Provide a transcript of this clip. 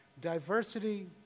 Diversity